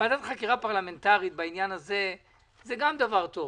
ועדת חקירה פרלמנטרית בעניין הזה היא גם דבר טוב.